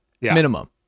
minimum